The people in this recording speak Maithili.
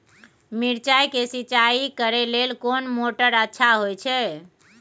मिर्चाय के सिंचाई करे लेल कोन मोटर अच्छा होय छै?